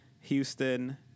Houston